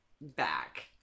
back